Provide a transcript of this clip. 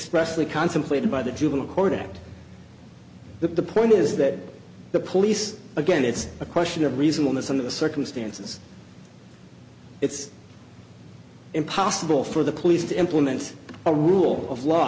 sly contemplated by the juvenile court and the point is that the police again it's a question of reasonableness of the circumstances it's impossible for the police to implement a rule of law